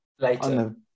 later